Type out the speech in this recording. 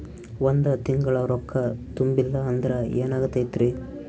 ಒಂದ ತಿಂಗಳ ರೊಕ್ಕ ತುಂಬಿಲ್ಲ ಅಂದ್ರ ಎನಾಗತೈತ್ರಿ?